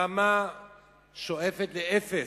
הרמה שואפת לאפס.